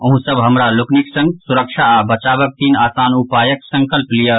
अहूँ सब हमरा लोकनिक संग सुरक्षा आ बचावक तीन आसान उपायक संकल्प लियऽ